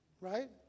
right